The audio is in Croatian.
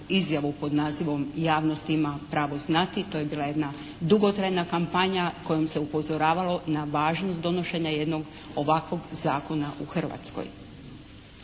izjavu pod nazivom "javnost ima pravo znati". To je bila jedna dugotrajna kampanja kojom se upozoravalo na važnost donošenja jednog ovakvog zakona u Hrvatskoj.